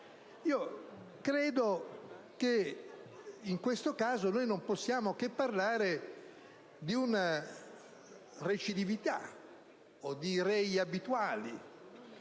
Credo che in questo caso non possiamo che parlare di recidività o di rei abituali,